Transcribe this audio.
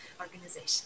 Organization